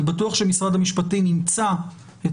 אני בטוח שמשרד המשפטים ימצא את